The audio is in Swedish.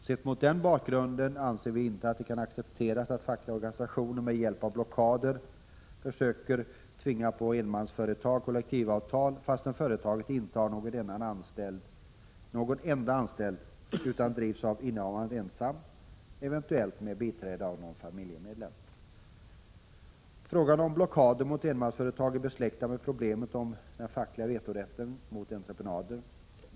Sett mot den bakgrunden anser vi att det inte kan accepteras att fackliga organisationer med hjälp av blockader försöker tvinga på enmansföretag kollektivavtal, fastän företaget inte har någon enda anställd, utan drivs av innehavaren ensam, eventuellt med biträde av någon familjemedlem. Frågan om blockader mot enmansföretag är besläktad med problemet med den fackliga vetorätten mot entreprenader.